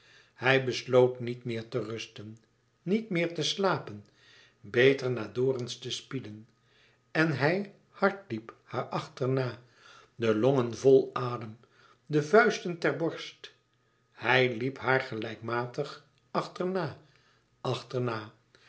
hij besloot niet meer te rusten niet meer te slapen beter naar dorens te spieden en hij hard liep haar achterna de longen vl adem de vuisten ter borst hij liep haar gelijkmatig achterna achterna